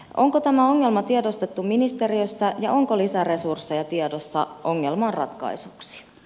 onko tämä ongelma tiedostettu ministeriössä ja onko lisäresursseja tiedossa ongelman ratkaisuksi